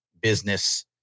business